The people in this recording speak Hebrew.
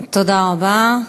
תודה רבה.